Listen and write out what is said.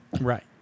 right